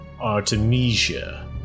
Artemisia